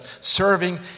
serving